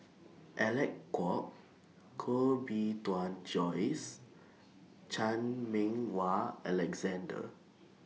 Alec Kuok Koh Bee Tuan Joyce Chan Meng Wah Alexander